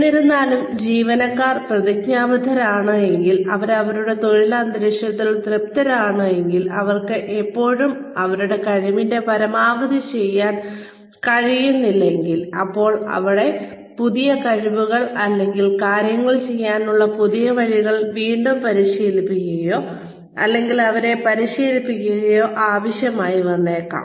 എന്നിരുന്നാലും ജീവനക്കാർ പ്രതിജ്ഞാബദ്ധരാണെങ്കിൽ അവർ അവരുടെ തൊഴിൽ അന്തരീക്ഷത്തിൽ സംതൃപ്തരാണെങ്കിൽ അവർക്ക് ഇപ്പോഴും അവരുടെ കഴിവിന്റെ പരമാവധി ചെയ്യാൻ കഴിയുന്നില്ലെങ്കിൽ അപ്പോൾ അവരെ പുതിയ കഴിവുകളിൽ അല്ലെങ്കിൽ കാര്യങ്ങൾ ചെയ്യാനുള്ള പുതിയ വഴികളിൽ വീണ്ടും പരിശീലിപ്പിക്കുകയോ അല്ലെങ്കിൽ അവരെ പരിശീലിപ്പിക്കുകയോ ആവശ്യമായി വന്നേക്കാം